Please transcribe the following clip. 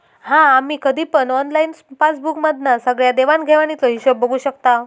हा आम्ही कधी पण ऑनलाईन पासबुक मधना सगळ्या देवाण घेवाणीचो हिशोब बघू शकताव